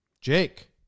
Jake